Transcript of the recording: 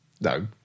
No